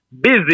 busy